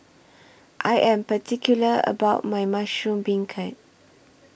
I Am particular about My Mushroom Beancurd